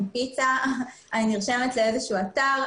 אני נרשמת לאיזשהו אתר,